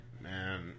man